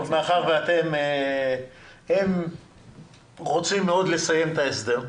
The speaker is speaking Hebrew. מאחר ואתם רוצים מאוד לסיים את ההסדר,